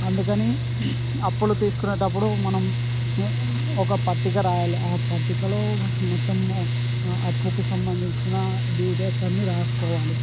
అందుకని అప్పులు తీసుకునేటప్పుడు మనం ఒక పట్టిక వ్రాయాలి ఆ పట్టికలో మొత్తం అప్పుకు సంబంధించిన డీటెయిల్స్ అన్నీ వ్రాసుకోవాలి